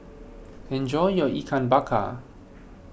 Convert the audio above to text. enjoy your Ikan Bakar